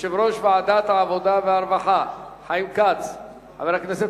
יושב-ראש ועדת העבודה והרווחה, חבר הכנסת